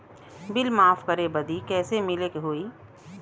Bill माफ करे बदी कैसे मिले के होई?